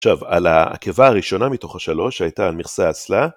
עכשיו על העקבה הראשונה מתוך השלוש שהייתה על מכסה אסלה